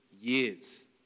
years